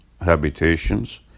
habitations